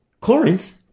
Corinth